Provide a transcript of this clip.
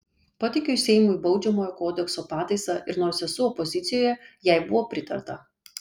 pateikiau seimui baudžiamojo kodekso pataisą ir nors esu opozicijoje jai buvo pritarta